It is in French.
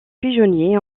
pigeonniers